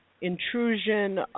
intrusion